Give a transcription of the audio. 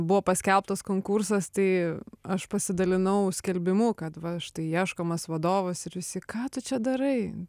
buvo paskelbtas konkursas tai aš pasidalinau skelbimu kad va štai ieškomas vadovas ir visi ką tu čia darai